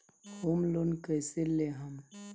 Home loan कैसे लेहम?